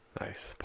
Nice